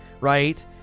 right